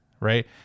Right